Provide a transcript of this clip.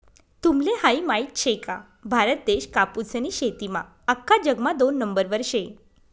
तुम्हले हायी माहित शे का, भारत देश कापूसनी शेतीमा आख्खा जगमा दोन नंबरवर शे